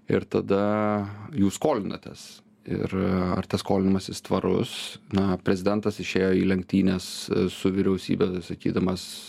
ir tada jūs skolinatės ir ar tas skolinimasis tvarus na prezidentas išėjo į lenktynes su vyriausybe sakydamas